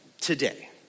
today